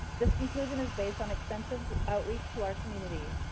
this conclusion is based on extensive outreach to our community.